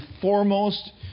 foremost